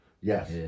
Yes